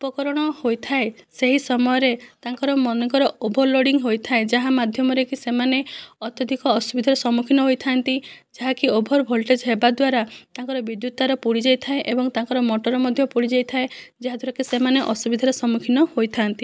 ଉପକରଣ ହୋଇଥାଏ ସେହି ସମୟରେ ତାଙ୍କର ମନେକର ଓଭର ଲୋଡ଼ିଙ୍ଗ ହୋଇଥାଏ ଯାହା ମାଧ୍ୟମରେ କି ସେମାନେ ଅତ୍ୟଧିକ ଅସୁବିଧାର ସମ୍ମୁଖୀନ ହୋଇଥାନ୍ତି ଯାହାକି ଓଭର ଭୋଲ୍ଟେଜ ହେବା ଦ୍ୱାରା ତାଙ୍କର ବିଦ୍ୟୁତ ତାର ପୋଡ଼ି ଯାଇଥାଏ ଏବଂ ତାଙ୍କର ମୋଟର ମଧ୍ୟ ପୋଡ଼ି ଯାଇଥାଏ ଯାହାଦ୍ୱାରା କି ସେମାନେ ଅସୁବିଧାର ସମ୍ମୁଖୀନ ହୋଇଥାନ୍ତି